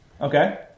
Okay